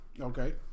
Okay